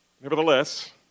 Nevertheless